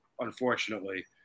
unfortunately